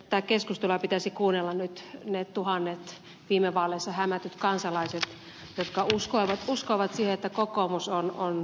tätä keskustelua pitäisi kuunnella nyt niiden tuhansien viime vaaleissa hämättyjen kansalaisten jotka uskoivat siihen että kokoomus on suuri työväenpuolue